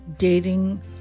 dating